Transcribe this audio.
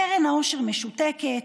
קרן העושר משותקת,